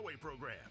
program